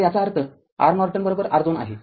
तर याचा अर्थ R नॉर्टन R२ आहे